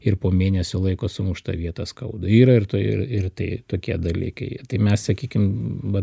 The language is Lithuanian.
ir po mėnesio laiko sumuštą vietą skauda yra ir tų ir ir tai tokie dalykai tai mes sakykim va